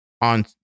on